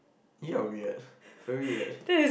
ya weird very weird